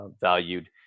valued